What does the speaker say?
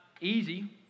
easy